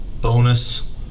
bonus